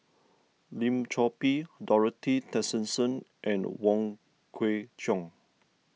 Lim Chor Pee Dorothy Tessensohn and Wong Kwei Cheong